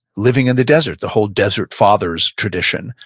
living in the desert, the whole desert fathers tradition.